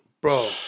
Bro